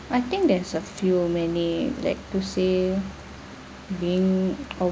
I think there's a few when it like to say being